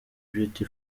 beauty